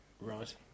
Right